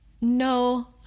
no